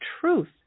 truth